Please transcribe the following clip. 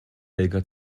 helga